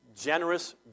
generous